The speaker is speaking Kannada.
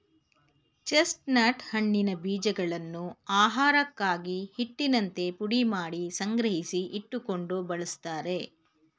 ಚೆಸ್ಟ್ನಟ್ ಹಣ್ಣಿನ ಬೀಜಗಳನ್ನು ಆಹಾರಕ್ಕಾಗಿ, ಹಿಟ್ಟಿನಂತೆ ಪುಡಿಮಾಡಿ ಸಂಗ್ರಹಿಸಿ ಇಟ್ಟುಕೊಂಡು ಬಳ್ಸತ್ತರೆ